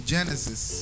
Genesis